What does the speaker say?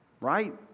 Right